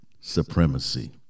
supremacy